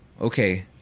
okay